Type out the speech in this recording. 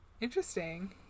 Interesting